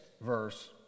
verse